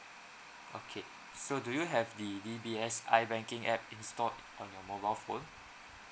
okay so do you have the D_B_S i banking app installed on mobile phone